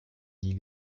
nie